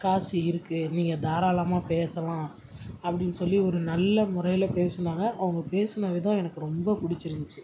காசு இருக்குது நீங்கள் தாராளமாக பேசலாம் அப்படின்னு சொல்லி ஒரு நல்ல முறையில் பேசினாங்க அவங்க பேசின விதம் எனக்கு ரொம்பப் பிடிச்சிருந்துச்சி